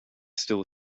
still